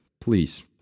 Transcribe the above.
Please